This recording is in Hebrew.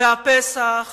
והפסח